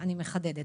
אני רוצה לדעת,